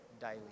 daily